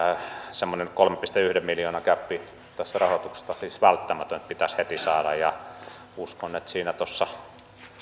semmoinen kolmen pilkku yhden miljoonan gäppi tässä rahoituksessa siis on välttämätöntä että se pitäisi heti saada uskon että tuossa